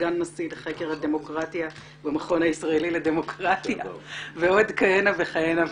סגן נשיא לחקר הדמוקרטיה במכון הישראלי לדמוקרטיה ועוד כהנה וכהנה.